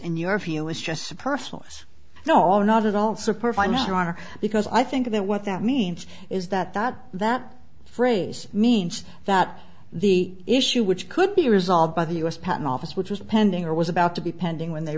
in your view is just a personal no not at all super fine your honor because i think that what that means is that that that phrase means that the issue which could be resolved by the u s patent office which is pending or was about to be pending whe